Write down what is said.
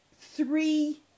three